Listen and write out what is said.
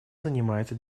занимается